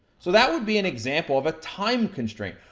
so that would be an example of a time constraint.